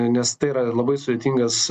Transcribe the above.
nes tai yra labai sudėtingas